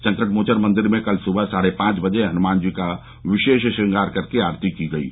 संकटमोचन मंदिर में कल सुबह साढ़े पांच बजे हनुमान जी का विशेष श्रंगार करके आरती की गयी